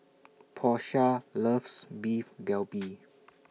Porsha loves Beef Galbi